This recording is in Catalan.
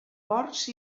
porcs